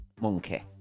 monkey